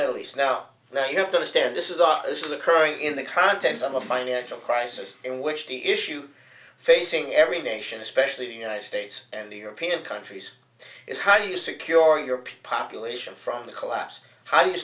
middle east now now you have to understand this is our this is occurring in the contents of a financial crisis in which the issue facing every nation especially the united states and the european countries is how do you secure your population from the collapse h